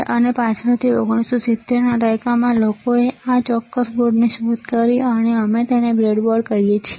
અને પાછળથી 1970 ના દાયકામાં લોકોએ આ ચોક્કસ બોર્ડની શોધ કરી અને અમે તેને બ્રેડબોર્ડ કહીએ છીએ